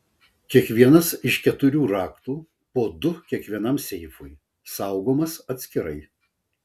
kiekvienas iš keturių raktų po du kiekvienam seifui saugomas atskirai